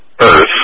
Earth